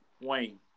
Wayne